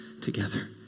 together